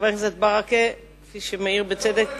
חבר הכנסת ברכה, ובצדק,